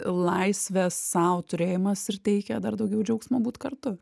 laisvės sau turėjimas ir teikia dar daugiau džiaugsmo būt kartu